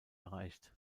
erreicht